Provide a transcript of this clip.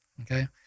Okay